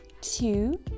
two